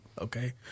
okay